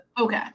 Okay